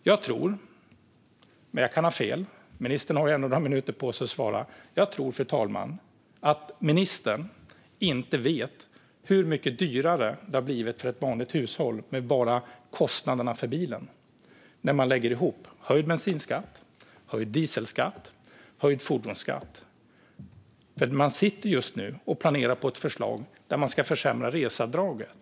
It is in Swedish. Jag tror, men jag kan ha fel - ministern har ju ändå några minuter på sig att svara -, att ministern inte vet hur mycket dyrare det har blivit för ett vanligt hushåll med bara kostnaderna för bilen med höjd bensinskatt, höjd dieselskatt och höjd fordonsskatt. Man sitter just nu och planerar ett förslag där man ska försämra reseavdraget.